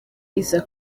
iza